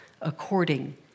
according